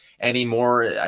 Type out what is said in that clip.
anymore